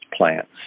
plants